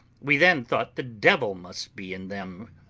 we then thought the devil must be in them,